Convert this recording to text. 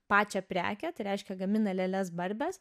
pačią prekę tai reiškia gamina lėles barbes